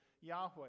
Yahweh